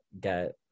get